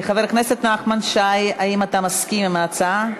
חבר הכנסת נחמן שי, האם אתה מסכים עם ההצעה?